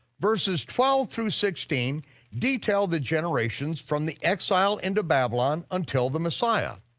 verses twelve through sixteen detail the generations from the exile into babylon until the messiah.